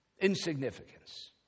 Insignificance